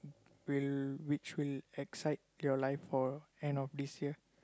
will which will excite your life for end of this year